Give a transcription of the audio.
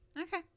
Okay